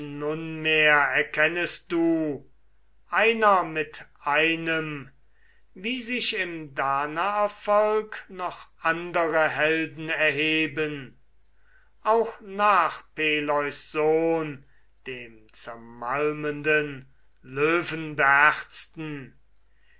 nunmehr erkennest du einer mit einem wie sich im danaervolk noch andere helden erheben auch nach peleus sohn dem zermalmenden